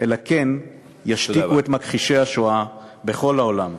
אלא כן ישתיקו את מכחישי השואה בכל העולם.